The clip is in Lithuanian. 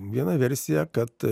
viena versija kad